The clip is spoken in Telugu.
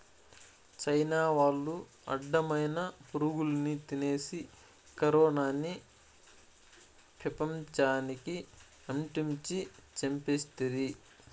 చైనా వాళ్లు అడ్డమైన పురుగుల్ని తినేసి కరోనాని పెపంచానికి అంటించి చంపేస్తిరి